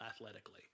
athletically